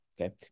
Okay